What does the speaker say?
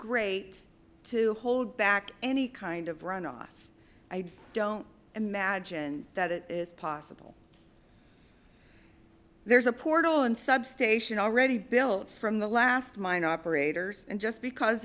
great to hold back any kind of runoff i don't imagine that it is possible there's a portal and substation already built from the last mine operators and just because